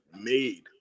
made